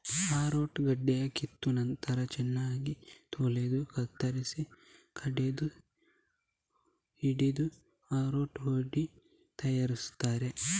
arrowroot ಗಡ್ಡೆಯನ್ನ ಕಿತ್ತ ನಂತ್ರ ಚೆನ್ನಾಗಿ ತೊಳೆದು ಕತ್ತರಿಸಿ ಕಡೆದು ಹಿಂಡಿ ಅರರೂಟ್ ಹುಡಿ ತಯಾರಿಸ್ತಾರೆ